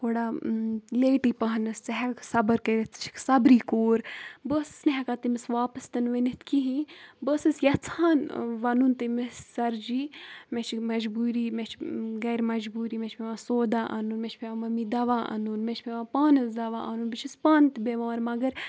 تھوڑا لیٹی پَہنَس ژٕ ہیٚککھ صبر کٔرِتھ ژٕ چھکھ صبری کوٗر بہٕ ٲسٕس نہٕ ہٮ۪کان تٔمِس واپَس تہِ نہٕ ؤنِتھ کِہیٖنۍ بہٕ ٲسٕس یَژھان وَنُن تٔمِس سَرجی مےٚ چھِ مَجبوٗری مےٚ چھِ گَرِ مجبوٗری مےٚ چھِ پیٚوان سودا اَنُن مےٚ چھِ پیٚوان ممی دَوا اَنُن مےٚ چھُ پیٚوان پانَس دَوا اَنُن بہٕ چھس پانہٕ تہِ بیٚمار مگر